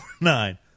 nine